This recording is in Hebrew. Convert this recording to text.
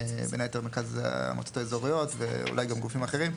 בין היתר מרכז המועצות האזוריות ואולי גם גופים אחרים.